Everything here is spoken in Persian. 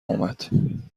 اومد